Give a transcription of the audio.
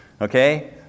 Okay